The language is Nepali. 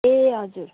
ए हजुर